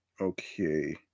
okay